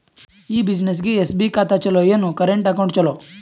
ಈ ಬ್ಯುಸಿನೆಸ್ಗೆ ಎಸ್.ಬಿ ಖಾತ ಚಲೋ ಏನು, ಕರೆಂಟ್ ಅಕೌಂಟ್ ಚಲೋ?